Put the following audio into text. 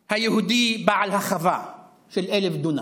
היהודי בעל החווה של 1,000 דונם,